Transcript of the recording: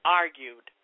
argued